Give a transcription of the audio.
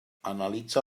analitza